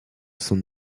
son